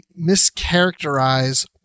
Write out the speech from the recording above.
mischaracterize